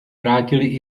vrátily